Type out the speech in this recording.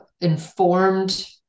informed